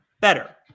better